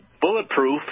bulletproof